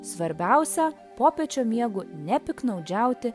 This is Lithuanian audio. svarbiausia popiečio miegu nepiktnaudžiauti